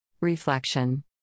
Reflection